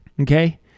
Okay